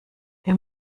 ihr